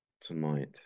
tonight